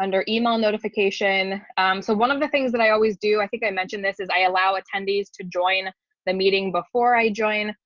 under email notification. so one of the things that i always do, i think i mentioned this is i allow attendees to join the meeting before i join,